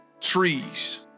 trees